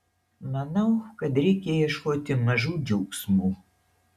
manau kad reikia ieškoti mažų džiaugsmų